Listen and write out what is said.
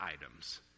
items